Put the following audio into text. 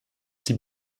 die